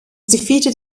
defeated